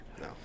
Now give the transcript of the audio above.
No